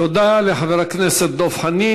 תודה לחבר הכנסת דב חנין.